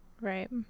Right